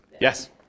Yes